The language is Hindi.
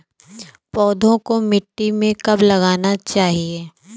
पौधें को मिट्टी में कब लगाना चाहिए?